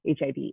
HIV